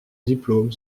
diplôme